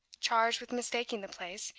charged with mistaking the place,